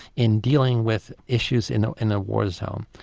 in dealing with issues in in a war zone.